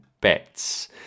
bets